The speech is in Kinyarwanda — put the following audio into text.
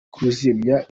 kuzimya